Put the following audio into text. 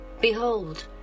Behold